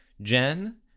Jen